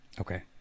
Okay